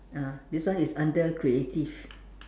ah this one is under creative